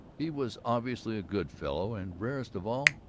he was obviously a good fellow and, rarest of all,